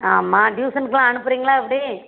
ஆமாம் டியூசனுக்கெல்லாம் அனுப்புறீங்களா எப்படி